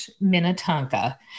Minnetonka